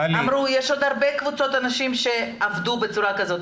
אמרו 'יש עוד קבוצות רבות של אנשים שעבדו בצורה כזאת,